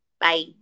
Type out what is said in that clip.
Bye